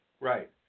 Right